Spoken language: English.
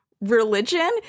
Religion